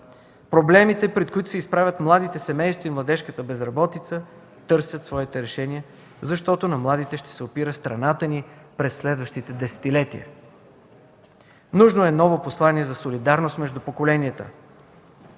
Проблемите, пред които се изправят младите семейства и младежката безработица, търсят своите решения, защото на младите ще се опира страната ни през следващите десетилетия. Нужно е ново послание за солидарност между поколенията.